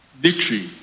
victory